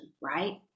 right